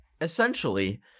essentially